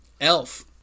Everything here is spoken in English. Elf